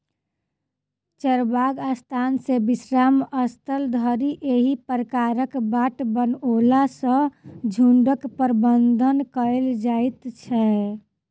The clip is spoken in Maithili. चरबाक स्थान सॅ विश्राम स्थल धरि एहि प्रकारक बाट बनओला सॅ झुंडक प्रबंधन कयल जाइत छै